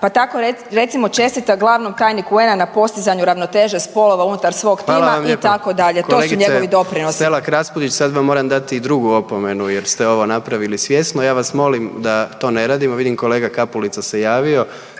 pa tako recimo čestita glavnom tajniku UN-a na postizanju ravnoteže spolova unutar svog tima itd., to su njegovi doprinosi. **Jandroković, Gordan (HDZ)** Hvala vam lijepo. Kolegice Selak Raspudić, sad vam moram dati i drugu opomenu jer ste ovo napravili svjesno. Ja vas molim da to ne radimo. Vidim kolega Kapulica se javio,